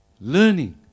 Learning